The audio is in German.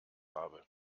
habe